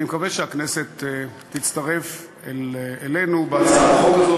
אני מקווה שהכנסת תצטרף אלינו להצעת החוק הזאת,